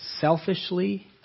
selfishly